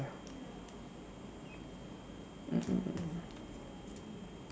mm